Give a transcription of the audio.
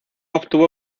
obtuvo